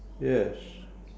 yes